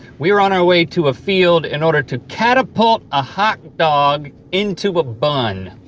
we are on our way to a field in order to catapult a hot dog into a bun.